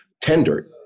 tender